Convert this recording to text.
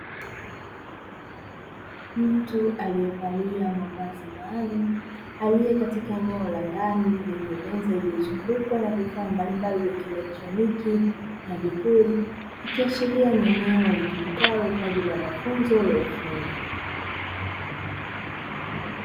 Mtu aliyevalia mavazi maalumu aliye katika eneo la ndani, lenye meza iliyozungukwa na vifaa mbalimbali vya kielekitroniki, na vipuri, ikiashiria ni eneo litumikalo kwa ajili ya mafunzo ya ufundi.